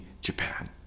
Japan